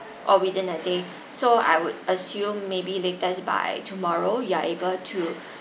or within a day so I would assume maybe latest by tomorrow you are able to